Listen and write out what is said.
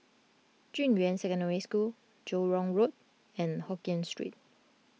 Junyuan Secondary School Joo Hong Road and Hokien Street